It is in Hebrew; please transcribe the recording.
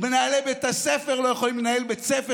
מנהל בית הספר לא יכול מנהל בית ספר